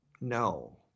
No